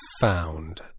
found